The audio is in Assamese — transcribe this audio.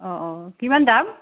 অ' অ' কিমান দাম